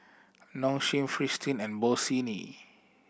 Nong Shim Fristine and Bossini